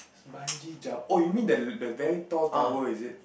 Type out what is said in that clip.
bungee jump oh you mean the the very tall tower is it